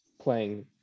playing